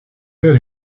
père